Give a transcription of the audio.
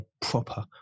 proper